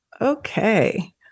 Okay